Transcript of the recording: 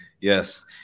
Yes